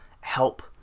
help